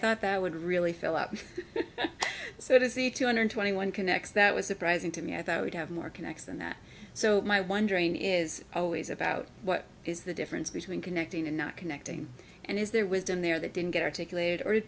thought that would really feel happy so to see two hundred twenty one connects that was surprising to me i thought i would have more connects than that so my wondering is always about what is the difference between connecting and not connecting and is there wisdom there that didn't get articulated or